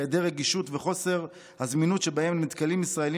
היעדר רגישות וחוסר זמינות שבהם נתקלים ישראלים